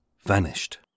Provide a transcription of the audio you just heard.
vanished